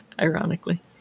Ironically